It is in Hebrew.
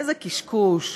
איזה קשקוש.